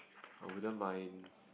I wouldn't mind